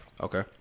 Okay